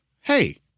hey